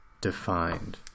defined